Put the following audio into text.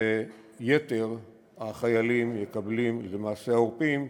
ויתר החיילים, החיילים העורפיים,